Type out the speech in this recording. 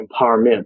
empowerment